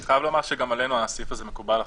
אני חייב לומר שגם עלינו הסעיף הזה מקובל לחלוטין.